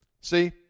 See